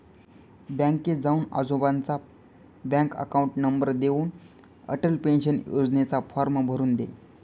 बँकेत जाऊन आजोबांचा बँक अकाउंट नंबर देऊन, अटल पेन्शन योजनेचा फॉर्म भरून दे